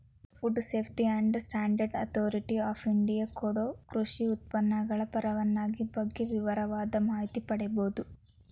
food safety and standard authority of India ಕೊಡೊ ಕೃಷಿ ಉತ್ಪನ್ನಗಳ ಪರವಾನಗಿ ಬಗ್ಗೆ ವಿವರವಾದ ಮಾಹಿತಿ ಪಡೇಬೋದು